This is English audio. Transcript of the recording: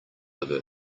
over